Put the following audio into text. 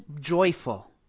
joyful